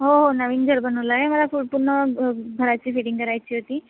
हो हो नवीन घर बनवलं आहे मला पु पुन्हा घराची सेटिंग करायची होती